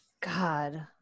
God